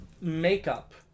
makeup